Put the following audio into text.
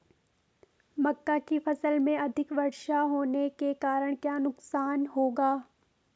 मक्का की फसल में अधिक वर्षा होने के कारण क्या नुकसान होगा?